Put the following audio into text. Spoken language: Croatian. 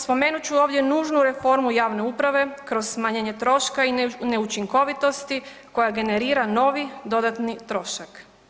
Spomenut ću ovdje nužnu reformu javne uprave kroz smanjenje troška i neučinkovitosti koja generira novi dodatni trošak.